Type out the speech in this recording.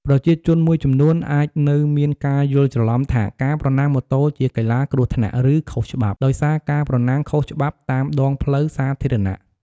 ប្រជាជនមួយចំនួនអាចនៅមានការយល់ច្រឡំថាការប្រណាំងម៉ូតូជាកីឡាគ្រោះថ្នាក់ ឬខុសច្បាប់ ដោយសារការប្រណាំងខុសច្បាប់តាមដងផ្លូវសាធារណៈ។